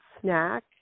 snack